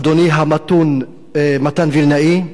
אדוני המתון מתן וילנאי,